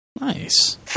nice